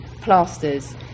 plasters